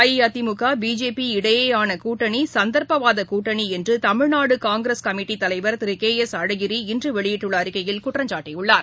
AIADMK BJP இடையேயானகூட்டணிசந்தர்ப்பவாதகூட்டணிஎன்றுதமிழ்நாடுகாங்கிரஸ் கமிட்டித் தலைவர் திருகே எஸ் அழகிரி இன்றுவெளியிட்டுள்ளஅறிக்கையில் குற்றம் சாட்டினார்